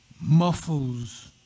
muffles